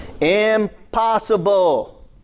Impossible